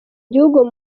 gihugu